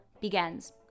begins